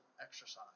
exercise